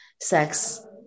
sex